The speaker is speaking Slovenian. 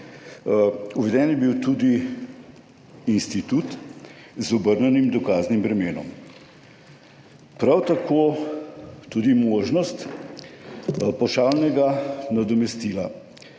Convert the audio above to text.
Uveden je bil tudi institut z obrnjenim dokaznim bremenom, prav tako tudi možnost pavšalnega nadomestila.